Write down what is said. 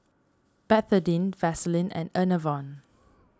Betadine Vaselin and Enervon